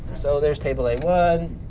so there's table a one.